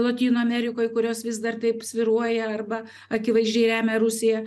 lotynų amerikoj kurios vis dar taip svyruoja arba akivaizdžiai remia rusiją